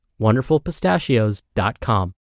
wonderfulpistachios.com